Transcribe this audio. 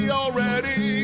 already